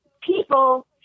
people